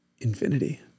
Infinity